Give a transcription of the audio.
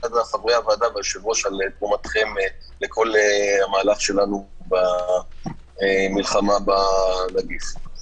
חברי הוועדה והיושב-ראש לתרומתכם למהלך שלנו למלחמה בנגיף.